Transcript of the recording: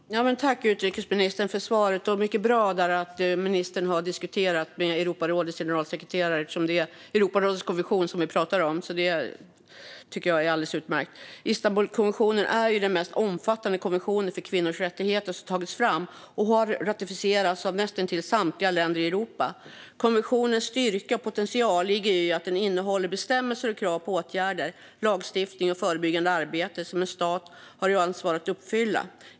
Fru talman! Tack, utrikesministern, för svaret! Det är utmärkt att ministern har diskuterat med Europarådets generalsekreterare eftersom det är Europarådets konvention vi pratar om. Istanbulkonventionen är den mest omfattande konventionen för kvinnors rättigheter som tagits fram, och den har ratificerats av näst intill samtliga länder i Europa. Konventionens styrka och potential ligger i att den innehåller bestämmelser och krav på åtgärder, lagstiftning och förebyggande arbete som en stat har ansvar att uppfylla.